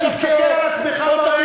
אתה מטעה, אתה מטעה, תסתכל על עצמך בראי.